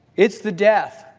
it's the death.